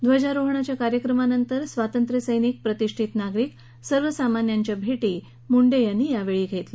ध्वजारोहणाच्या कार्यक्रमानंतर स्वातंत्र्य सैनिक प्रतिष्ठित नागरिक सर्व सामान्यांच्या भेटी यावेळी मुंडे यांनी घेतल्या